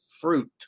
fruit